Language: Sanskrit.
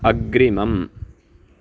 अग्रिमम्